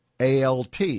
ALT